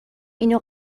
اینو